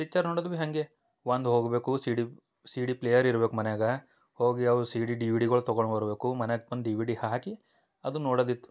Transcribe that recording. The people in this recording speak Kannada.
ಪಿಚ್ಚರ್ ನೋಡದು ಬಿ ಹಾಗೆ ಒಂದು ಹೋಗಬೇಕು ಸಿಡಿ ಸಿಡಿ ಪ್ಲೇಯರ್ ಇರ್ಬಕು ಮನ್ಯಾಗ ಹೋಗಿ ಅವು ಸಿಡಿ ಡಿವಿಡಿಗುಳ್ ತೊಗೊಂಡು ಬರಬೇಕು ಮನ್ಯಾಗ ಬಂದು ಡಿವಿಡಿ ಹಾಕಿ ಅದನ್ನ ನೋಡದಿತ್ತು